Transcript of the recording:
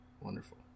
Wonderful